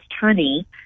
honey